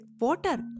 water